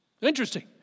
Interesting